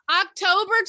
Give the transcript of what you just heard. October